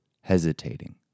hesitating